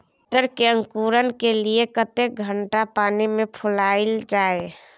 मटर के अंकुरण के लिए कतेक घंटा पानी मे फुलाईल जाय?